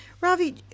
Ravi